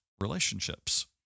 relationships